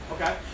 Okay